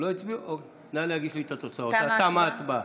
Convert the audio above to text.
תמה ההצבעה.